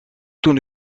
toen